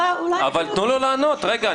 הוא לא --- אבל תנו לו לענות רגע,